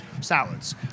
salads